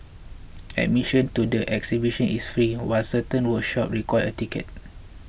admission to the exhibition is free while certain workshops require a ticket